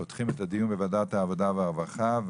פותחים את הדיון בוועדת העבודה והרווחה.